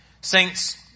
Saints